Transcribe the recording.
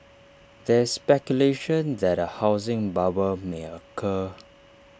there is speculation that A housing bubble may occur